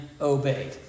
obeyed